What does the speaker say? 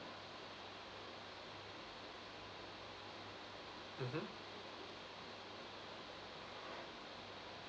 mmhmm